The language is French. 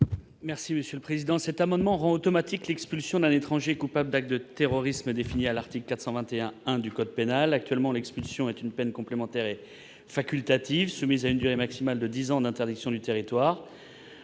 M. David Rachline. Cet amendement vise à rendre automatique l'expulsion d'un étranger coupable d'actes de terrorisme tels que définis à l'article 421-1 du code pénal. Actuellement, l'expulsion est une peine complémentaire et facultative soumise à une durée maximale de dix ans d'interdiction du territoire.